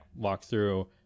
walkthrough